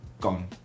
gone